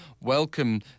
welcome